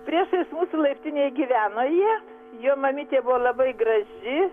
priešais mūsų laiptinėj gyveno jie jo mamytė buvo labai graži